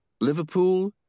Liverpool